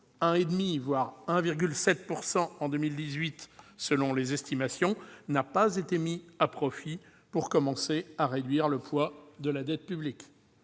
1,5 % à 1,7 % en 2018, selon les estimations -n'a pas été mis à profit pour commencer à réduire le poids de la dette publique.